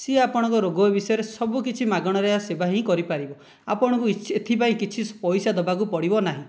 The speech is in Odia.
ସିଏ ଆପଣଙ୍କ ରୋଗ ବିଷୟରେ ସବୁକିଛି ମାଗଣାରେ ସେବା ହିଁ କରିପାରିବ ଆପଣଙ୍କୁ ଏଥିପାଇଁ କିଛି ପଇସା ଦେବାକୁ ପଡ଼ିବ ନାହିଁ